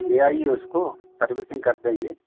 ले आइए उसकी सर्विसिंग कर देंगे